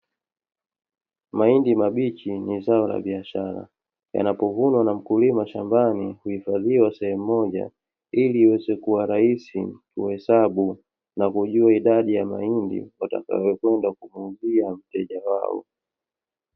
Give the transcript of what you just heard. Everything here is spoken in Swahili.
Mahindi mabichi ni zao la biashara, yanapovunwa na mkulima shambani huhifadhiwa sehemu moja ili iweze kuwa rahisi kuhesabu, na kujua idadi ya mahindi watakayoenda kumuuzia mreja wao.